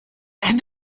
and